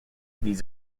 these